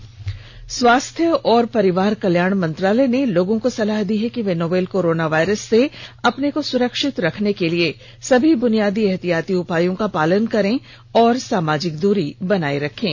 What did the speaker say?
advisory स्वास्थ्य और परिवार कल्याण मंत्रालय ने लोगों को सलाह दी है कि वे नोवल कोरोना वायरस से अपने को सुरक्षित रखने के लिए सभी बुनियादी एहतियाती उपायों का पालन करें और सामाजिक दूरी बनाए रखें